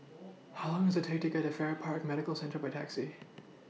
How Long Does IT Take to get Farrer Park Medical Centre By Taxi